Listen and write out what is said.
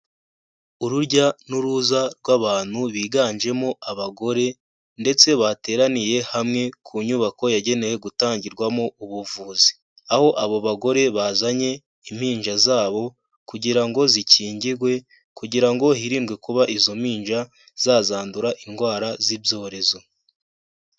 Urujya n'uruza rw'abantu biganjemo abagore ndetse bateraniye hamwe ku nyubako yagenewe gutangirwamo ubuvuzi. Aho abo bagore bazanye impinja zabo kugira ngo zikingigwe kugira ngo hirindwe kuba izo mpinja zazanandura indwara z'ibyorezo.